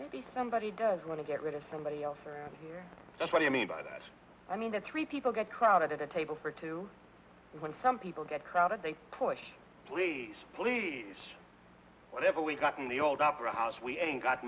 maybe somebody does want to get rid of somebody else around here that's what i mean by that i mean that's three people get crowded at the table for two when some people get crowded they push please please whatever we've got in the old opera house we ain't got